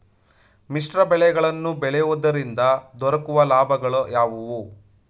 ಮಿಶ್ರ ಬೆಳೆಗಳನ್ನು ಬೆಳೆಯುವುದರಿಂದ ದೊರಕುವ ಲಾಭಗಳು ಯಾವುವು?